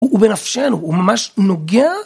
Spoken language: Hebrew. הוא בנפשנו, הוא ממש נוגע.